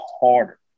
harder